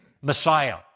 Messiah